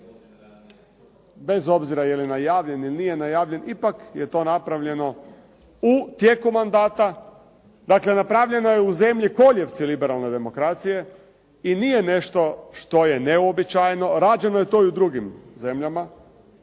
Bez obzira je li najavljen ili nije najavljen, ipak je to napravljeno u tijeku mandata. Dakle, napravljeno je u zemlji kolijevci liberalne demokracije i nije nešto što je neuobičajeno. Rađeno je to i u drugim zemljama